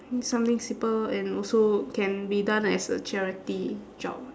think something simple and also can be done as a charity job